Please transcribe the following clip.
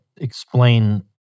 explain